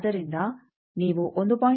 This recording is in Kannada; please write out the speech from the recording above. ಆದ್ದರಿಂದ ನೀವು 1